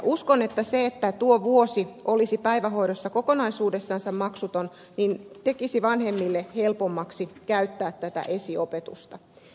uskon että se että tuo vuosi olisi päivähoidossa kokonaisuudessansa maksuton tekisi vanhemmille helpommaksi käyttää tätä esiopetusta